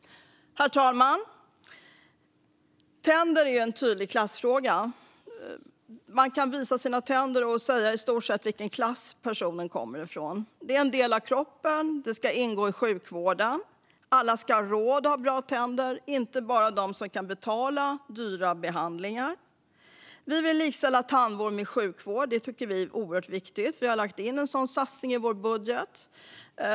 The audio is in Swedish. Herr talman! Tänder är en tydlig klassfråga. Om någon visar sina tänder kan man i stort sett säga vilken klass personen kommer från. Tänderna är en del av kroppen och ska ingå i sjukvården. Alla ska ha råd att ha bra tänder, inte bara de som kan betala dyra behandlingar. Vi vill likställa tandvård med sjukvård; det tycker vi är oerhört viktigt. Vi har lagt in en sådan satsning i vår budget.